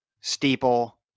steeple